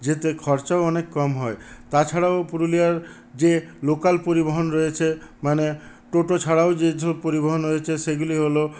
যেতে খরচাও অনেক কম হয় তাছাড়াও পুরুলিয়ার যে লোকাল পরিবহন রয়েছে মানে টোটো ছাড়াও যেসব পরিবহন রয়েছে সেগুলি হল